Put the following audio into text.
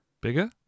bigger